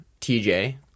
TJ